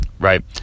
right